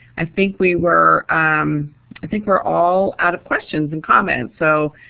i think we were um i think we're all out of questions and comments so,